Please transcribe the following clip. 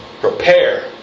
Prepare